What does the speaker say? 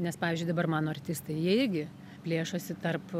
nes pavyzdžiui dabar mano artistai jie irgi plėšosi tarp